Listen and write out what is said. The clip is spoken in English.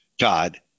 God